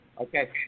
okay